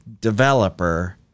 developer